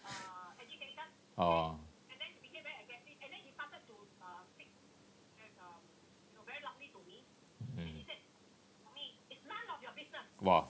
oh mm !wah!